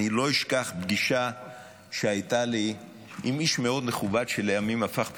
אני לא אשכח פגישה שהייתה לי עם איש מאוד מכובד שלימים הפך פוליטיקאי,